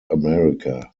america